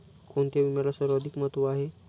कोणता विम्याला सर्वाधिक महत्व आहे?